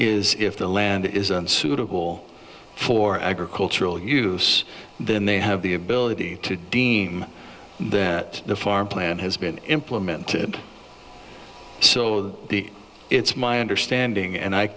is if the land is unsuitable for agricultural use then they have the ability to deem that the farm plan has been implemented so it's my understanding and i